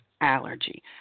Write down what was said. allergy